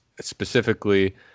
specifically